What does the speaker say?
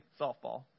softball